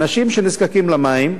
אנשים שנזקקים למים,